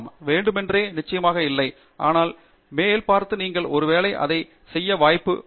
துங்கிராலா வேண்டுமென்றே நிச்சயமாக இல்லை வட்டம் இல்லை ஆனால் மேல் பார்த்து நீங்கள் ஒருவேளை அதை செய்ய வாய்ப்பு உள்ளது